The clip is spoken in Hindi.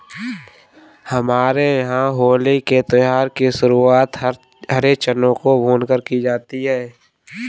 हमारे यहां होली के त्यौहार की शुरुआत हरे चनों को भूनकर की जाती है